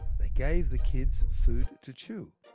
they gave the kids food to chew,